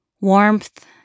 warmth